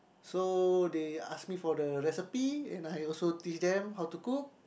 so they ask me for the recipe and I also teach them how to cook